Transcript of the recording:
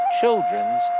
children's